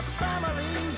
family